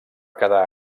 quedar